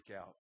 out